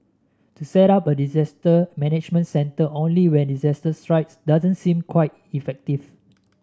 to set up a disaster management centre only when disaster strikes doesn't seem quite effective